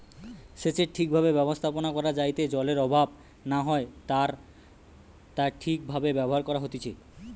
সেচের ঠিক ভাবে ব্যবস্থাপনা করা যাইতে জলের অভাব না হয় আর তা ঠিক ভাবে ব্যবহার করা হতিছে